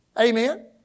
Amen